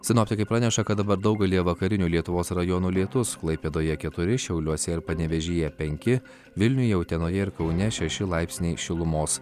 sinoptikai praneša kad dabar daugelyje vakarinių lietuvos rajonų lietus klaipėdoje keturi šiauliuose ir panevėžyje penki vilniuje utenoje ir kaune šeši laipsniai šilumos